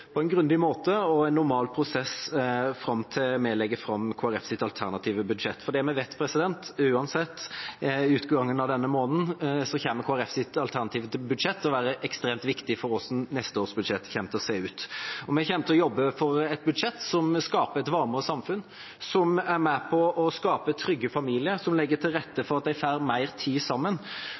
på en grundig måte og med en normal prosess fram til vi legger fram vårt alternative budsjett. For det vi vet, er at uansett, innen utgangen av denne måneden, kommer Kristelig Folkepartis alternative budsjett til å være ekstremt viktig for hvordan neste års budsjett kommer til å se ut. Vi kommer til å jobbe for et budsjett som skaper et varmere samfunn, som er med på å skape trygge familier, som legger til rette for at de får mer tid sammen,